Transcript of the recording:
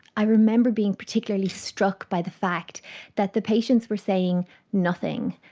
i remember being particularly struck by the fact that the patients were saying nothing.